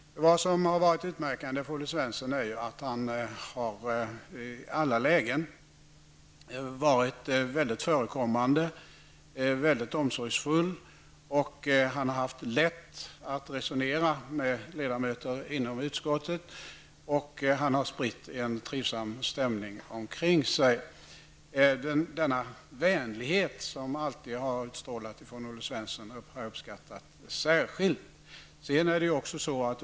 Vad som har varit utmärkande för Olle Svensson är ju att han i alla lägen har varit mycket förekommande och omsorgsfull och att han har haft lätt att resonera med ledamöter inom utskottet. Han har spritt en trivsam stämning omkring sig. Denna vänlighet som alltid har utstrålat från Olle Svensson har jag särskilt uppskattat.